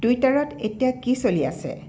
টুইটাৰত এতিয়া কি চলি আছে